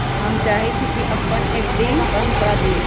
हम चाहई छी कि अपन एफ.डी बंद करा लिउ